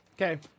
Okay